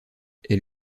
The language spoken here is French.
est